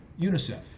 UNICEF